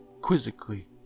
quizzically